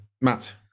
Matt